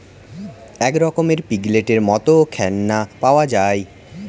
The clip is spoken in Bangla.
এক রকমের পিগলেটের মত খেলনা পাওয়া যায়